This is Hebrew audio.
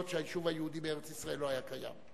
שהיישוב היהודי בארץ-ישראל לא היה קיים.